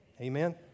Amen